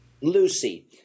Lucy